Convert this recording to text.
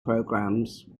programs